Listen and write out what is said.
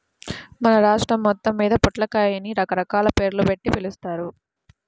మన రాష్ట్రం మొత్తమ్మీద పొట్లకాయని రకరకాల పేర్లుబెట్టి పిలుస్తారు